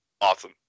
awesome